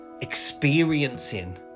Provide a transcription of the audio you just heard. experiencing